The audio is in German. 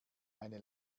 eine